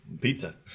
Pizza